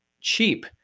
cheap